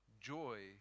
Joy